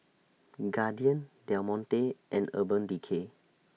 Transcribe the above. Guardian Del Monte and Urban Decay